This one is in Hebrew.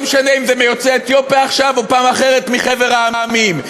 לא משנה אם מיוצאי אתיופיה עכשיו או פעם אחרת מחבר המדינות,